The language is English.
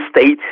state